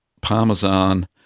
Parmesan